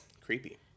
Creepy